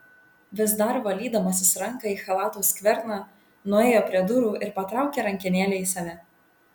vis dar valydamasis ranką į chalato skverną nuėjo prie durų ir patraukė rankenėlę į save